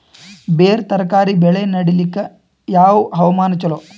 ಬೇರ ತರಕಾರಿ ಬೆಳೆ ನಡಿಲಿಕ ಯಾವ ಹವಾಮಾನ ಚಲೋ?